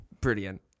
Brilliant